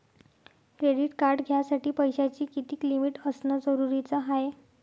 Credit card घ्यासाठी पैशाची कितीक लिमिट असनं जरुरीच हाय?